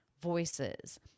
voices